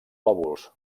lòbuls